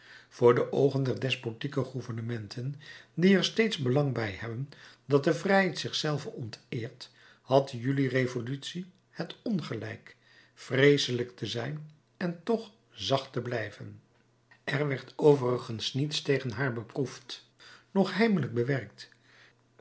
voor de oogen der despotieke gouvernementen die er steeds belang bij hebben dat de vrijheid zich zelve onteert had de juli-revolutie het ongelijk vreeselijk te zijn en toch zacht te blijven er werd overigens niets tegen haar beproefd noch heimelijk bewerkt